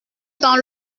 temps